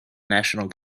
national